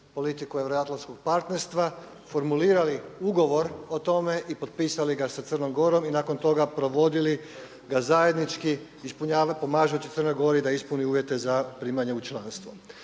politiku euroatlantskog partnerstva, formulirali ugovor o tome i potpisali ga sa Crnom Gorom i nakon toga provodili ga zajednički pomažući Crnoj Gori da ispuni uvjete za primanje u članstvo.